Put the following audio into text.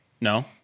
No